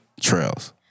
trails